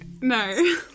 no